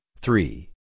three